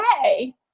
okay